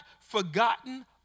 forgotten